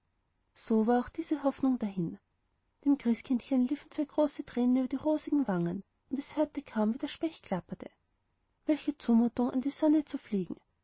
so war auch diese hoffnung dahin dem christkindchen liefen zwei große tränen über die rosigen wangen und es hörte kaum wie der specht klapperte welche zumutung an die sonne zu fliegen